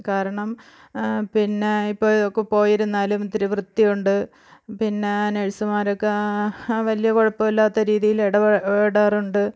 കാരണം പിന്നെ ഇപ്പോയൊക്കെ പോയിരുന്നാലും ഇത്തിരി വൃത്തിയുണ്ട് പിന്നെ നഴ്സുമാരൊക്കെ വലിയ കുഴപ്പവില്ലാത്ത രീതിയിൽ ഇടപെടാറുണ്ട്